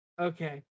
Okay